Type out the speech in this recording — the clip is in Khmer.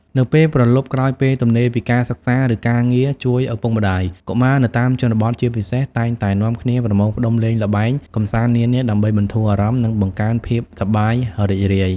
នៅពេលព្រលប់ ក្រោយពេលទំនេរពីការសិក្សា ឬការងារជួយឪពុកម្តាយ កុមារនៅតាមជនបទ ជាពិសេស តែងតែនាំគ្នាប្រមូលផ្តុំលេងល្បែងកម្សាន្តនានា ដើម្បីបន្ធូរអារម្មណ៍ និងបង្កើនភាពសប្បាយរីករាយ ។